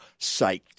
psyched